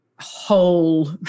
whole